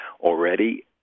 already